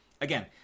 again